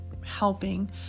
helping